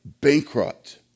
bankrupt